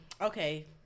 okay